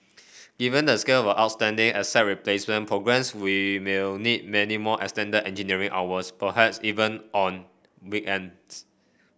given the scale of outstanding asset replacement progress we will need many more extended engineering hours perhaps even on weekends